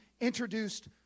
introduced